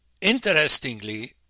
interestingly